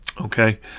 Okay